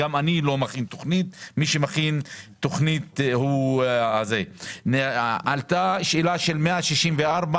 שגם אני לא מכין תכנית אלא מי שמכין את התכנית אלה אנשי המקצוע.